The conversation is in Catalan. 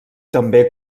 també